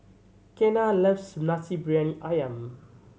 Kenna loves Nasi Briyani Ayam